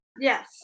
Yes